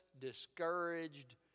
discouraged